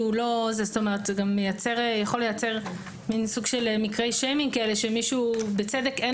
זה גם יכול לייצר סוג של מקרי שיימינג כאלה שלמישהו בצדק אין